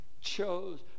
chose